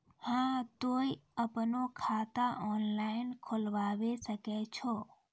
हाँ तोय आपनो खाता ऑनलाइन खोलावे सकै छौ?